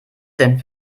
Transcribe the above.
denn